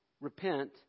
Repent